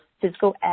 physical